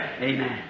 Amen